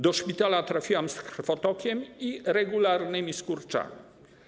Do szpitala trafiłam z krwotokiem i regularnymi skurczami.